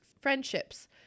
friendships